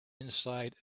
inside